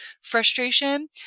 frustration